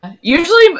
usually